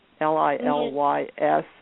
L-I-L-Y-S